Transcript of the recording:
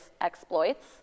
exploits